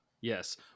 Yes